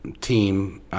team